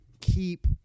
keep